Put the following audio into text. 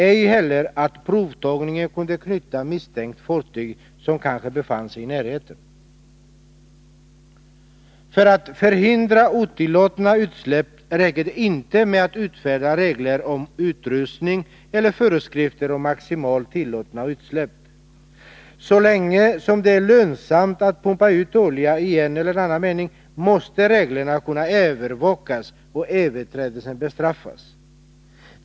Ej heller kunde man genom provtagning knyta misstänkt fartyg som kanske befann sig i närheten till utsläppet. För att förhindra otillåtna utsläpp räcker det inte med att man utfärdar regler om utrustning eller föreskrifter om maximalt tillåtna utsläpp. Så länge som det är lönsamt att pumpa ut oljan — i en eller annan mening — måste reglerna kunna övervakas och överträdelser bestraffas.